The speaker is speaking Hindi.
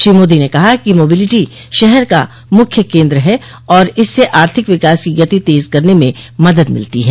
श्री मोदी ने कहा कि मोबिलिटी शहरीकरण का मुख्य केन्द्र है और इससे आर्थिक विकास की गति तेज करने में मदद मिलती है